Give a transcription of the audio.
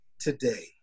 today